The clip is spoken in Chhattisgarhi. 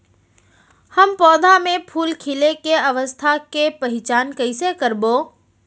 हम पौधा मे फूल खिले के अवस्था के पहिचान कईसे करबो